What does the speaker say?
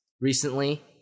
recently